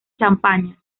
champaña